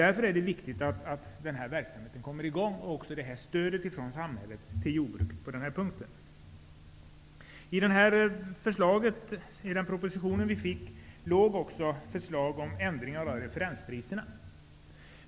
Därför är det viktigt att verksamheten kommer i gång, och att stödet från samhället till jordbruket på den här punkten kommer i gång. I den proposition vi fick föreslogs också en ändring av referenspriserna.